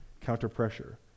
counter-pressure